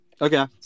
Okay